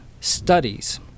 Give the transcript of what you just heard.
studies